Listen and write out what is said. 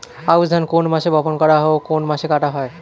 আউস ধান কোন মাসে বপন করা হয় ও কোন মাসে কাটা হয়?